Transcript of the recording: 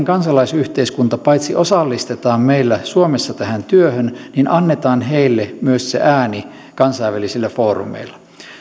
kansalaisyhteiskunta osallistetaan meillä suomessa tähän työhön myös annetaan heille se ääni kansainvälisillä foorumeilla